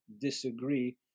disagree